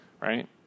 right